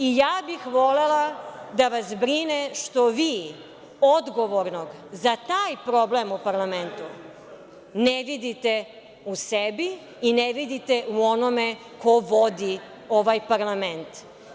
Volela bih da vas brine što vi odgovornog za taj problem u parlamentu ne vidite u sebi i ne vidite u onome ko vodi ovaj parlament.